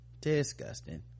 disgusting